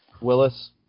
Willis